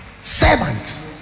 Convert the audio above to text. servant